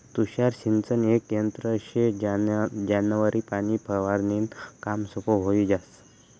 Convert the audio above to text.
तुषार सिंचन येक यंत्र शे ज्यानावरी पाणी फवारनीनं काम सोपं व्हयी जास